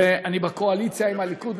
ואני בקואליציה עם הליכוד,